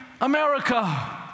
America